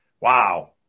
wow